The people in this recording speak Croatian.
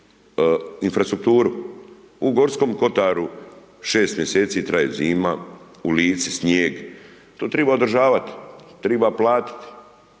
U Gorskom kotaru 6 mjeseci traje zima, u Lici snijeg, to triba održavat, to triba platiti